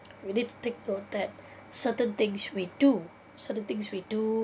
we need to take note that certain things we do certain things we do